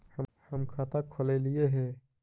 हम खाता खोलैलिये हे?